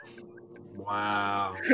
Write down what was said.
Wow